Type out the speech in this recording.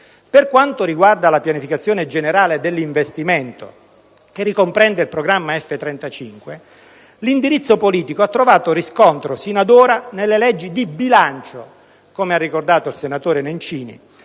Per quanto riguarda la pianificazione generale dell'investimento che ricomprende il programma F-35, l'indirizzo politico ha trovato riscontro sino ad ora nelle leggi di bilancio, come ha ricordato il senatore Nencini,